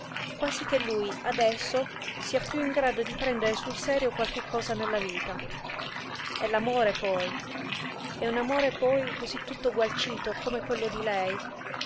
avvenuto quasiché lui adesso sia piú in grado di prendere sul serio qualche cosa nella vita e l'amore poi e un amore poi cosí tutto gualcito come quello di lei